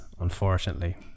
unfortunately